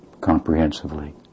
comprehensively